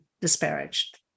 disparaged